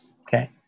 Okay